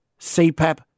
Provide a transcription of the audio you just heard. CPAP